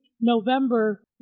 November